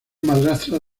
madrastra